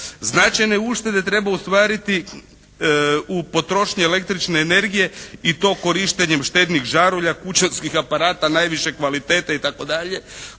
Značajne uštede treba ostvariti u potrošnji električne energije i to korištenjem štednih žarulja, kućanskih aparata najviše kvalitete itd.